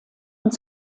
und